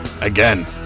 again